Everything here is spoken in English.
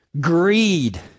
greed